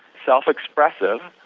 self-expressive,